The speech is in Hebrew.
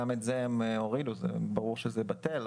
גם את זה הם הורידו, ברור שזה בטל.